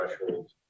Threshold